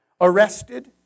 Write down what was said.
arrested